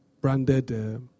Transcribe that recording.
branded